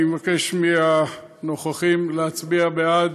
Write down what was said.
אני מבקש מהנוכחים להצביע בעד.